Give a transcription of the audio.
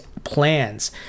plans